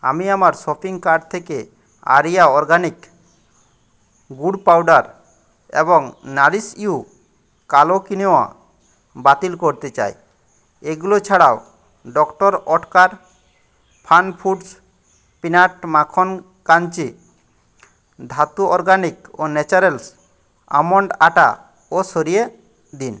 আমি আমার shopping cart থেকে আরিয়া অরগানিক গুড় পাউডার এবং নারিশ ইউ কালো কিনোয়া বাতিল করতে চাই এগুলো ছাড়াও ডক্টর ওটকার ফানফুডস পিনাট মাখন কাঞ্চি ধাতু অরগানিক ও ন্যাচারালস আমন্ড আটাও সরিয়ে দিন